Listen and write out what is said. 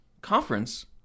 conference